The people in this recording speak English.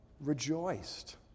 rejoiced